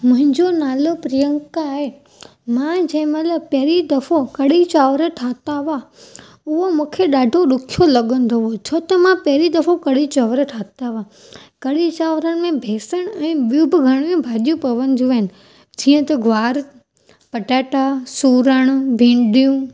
मुहिंजो नालो प्रियंका आहे मां जंहिं महिल पहिरीं दफ़ो कढ़ी चांवर ठाहिया हुआ उहो मूंखे ॾाढो ॾुखियो लॻंदो हू जो मां पहिरीं दफ़ो कढ़ी चांवर ठाहियां हुआ कढ़ी चांवर में बेसण ऐं ॿियूं बि घणी भाॼियूं पवंदी आहिनि जीअं त ग्वार पटाटा सूरण भिडिंयूं